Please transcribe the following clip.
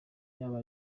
yaba